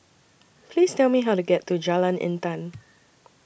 Please Tell Me How to get to Jalan Intan